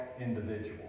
individual